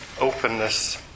openness